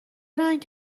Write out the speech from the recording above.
رنگ